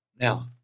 Now